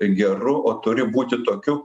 geru o turi būti tokiu